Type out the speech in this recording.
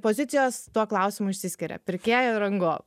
pozicijos tuo klausimu išsiskiria pirkėjo ir rangovo